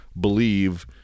believe